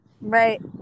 Right